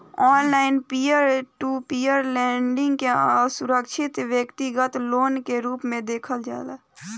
online peer to peer lending के असुरक्षित व्यतिगत लोन के रूप में देखल जाला